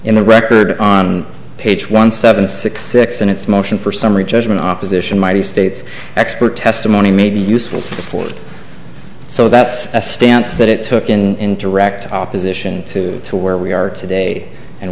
in the record on page one seven six six in its motion for summary judgment opposition might the state's expert testimony may be useful for so that's a stance that it took in direct opposition to to where we are today and